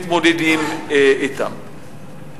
מתמודדים אתן.